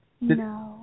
No